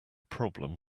problem